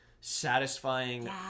satisfying